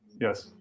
Yes